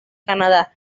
canadá